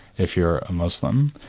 if you're a muslim.